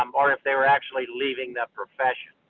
um or if they were actually leaving that profession.